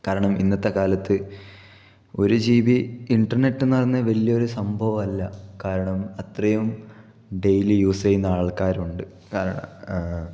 കാരണം ഇന്നത്തെ കാലത്ത് ഒരു ജി ബി ഇൻറ്റർനെറ്റ് എന്ന് പറയുന്നത് വലിയ ഒരു സംഭവമല്ല കാരണം അത്രയും ഡെയിലി യൂസ് ചെയ്യുന്ന ആൾക്കാരുണ്ട്